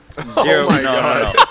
Zero